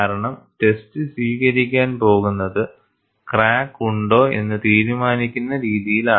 കാരണം ടെസ്റ്റ് സ്വീകരിക്കാൻ പോകുന്നത് ക്രാക്ക് ഉണ്ടോ എന്ന് തീരുമാനിക്കുന്ന രീതിയിലാണ്